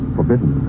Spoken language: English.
Forbidden